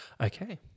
Okay